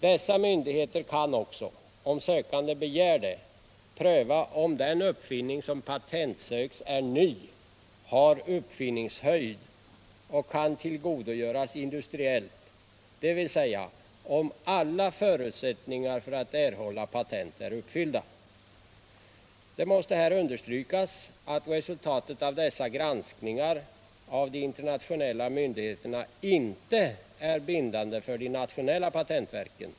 Dessa myndigheter kan också, om sökandena begär det, pröva om den uppfinning som patentsöks är ny, har uppfinningshöjd och kan tillgodogöras industriellt, dvs. om alla förutsättningar för att erhålla patent är uppfyllda. Det måste här understrykas att resultatet av dessa granskningar av de internationella myndigheterna inte är bindande för de nationella patentverken.